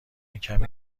کمی